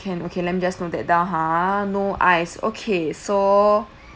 can okay let me just note that down ha no ice okay so